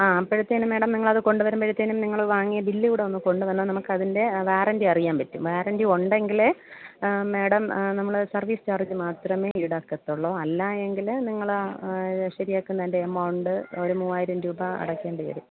ആ അപ്പോഴത്തേനും മാഡം നിങ്ങളത് കൊണ്ട് വരുമ്പോഴത്തേനും നിങ്ങൾ വാങ്ങിയ ബില്ല് കൂടെ ഒന്ന് കൊണ്ട് വന്നാൽ നമുക്ക് അതിൻ്റെ വാറണ്ടി അറിയാൻ പറ്റും വാറണ്ടി ഉണ്ടെങ്കിൽ മാഡം നമ്മൾ സർവീസ് ചാർജ് മാത്രമേ ഈടാക്കത്തള്ളൂ അല്ലായെങ്കിൽ നിങ്ങൾ ശരിയാക്കുന്നതിൻ്റെ എമൗണ്ട് ഒരു മൂവായിരം രൂപ അടയ്ക്കേണ്ടി വരും